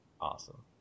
Awesome